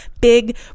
big